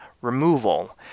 removal